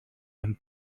and